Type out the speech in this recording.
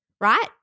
Right